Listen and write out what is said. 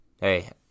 Hey